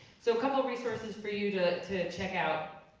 so a couple of resources for you to to check out.